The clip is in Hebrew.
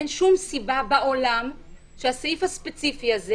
אין שום סיבה בעולם שהסעיף הספציפי הזה,